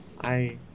I-